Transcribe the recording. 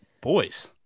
boys